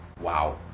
wow